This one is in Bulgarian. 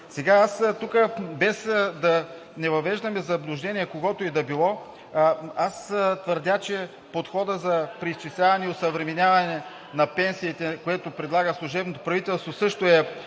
месечно. Тук, без да въвеждаме в заблуждение когото и да било, аз твърдя, че подходът за преизчисляване и осъвременяване на пенсиите, което предлага служебното правителство, също е